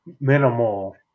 minimal